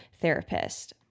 therapist